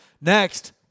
Next